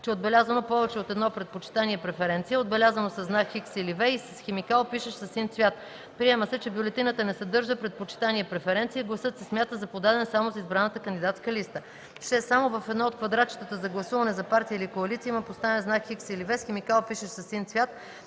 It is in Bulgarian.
е отбелязано повече от едно предпочитание (преференция), отбелязано със знак "Х" или „V“ и с химикал, пишещ със син цвят – приема се, че бюлетината не съдържа предпочитание (преференция) и гласът се смята за подаден само за избраната кандидатска листа; 6. само в едно от квадратчетата за гласуване за партия или коалиция има поставен знак „Х” или „V” с химикал, пишещ със син цвят,